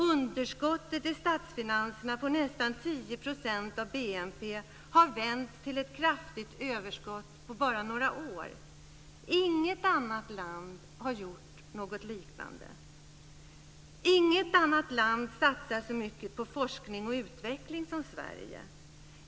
Underskottet i statsfinanserna på nästan 10 % av BNP har vänts till ett kraftigt överskott på bara några år. Inget annat land har gjort något liknande. Inget annat land satsar så mycket på forskning och utveckling som Sverige.